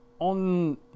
On